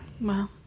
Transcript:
wow